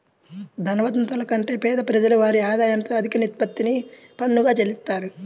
ధనవంతుల కంటే పేద ప్రజలు వారి ఆదాయంలో అధిక నిష్పత్తిని పన్నుగా చెల్లిత్తారు